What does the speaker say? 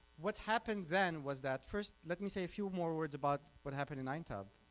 what happened then was that, first let me say a few more words about what happened in aintab.